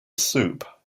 soup